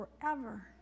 forever